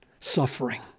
suffering